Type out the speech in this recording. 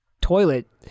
toilet